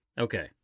Okay